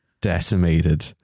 decimated